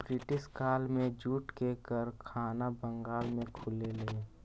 British काल में jute के कारखाना बंगाल में खुललई